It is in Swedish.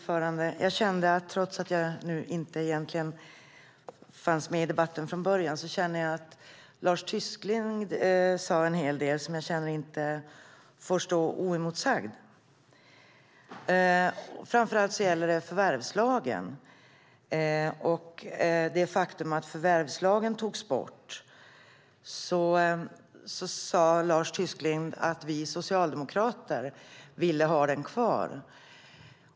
Fru talman! Trots att jag inte var med i debatten från början kände jag att det var en hel del av det Lars Tysklind sade som inte får stå oemotsagt. Det gäller framför allt förvärvslagen och det faktum att den togs bort. Lars Tysklind sade att vi socialdemokrater ville ha den kvar.